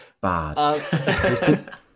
bad